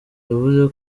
yavuze